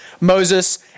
Moses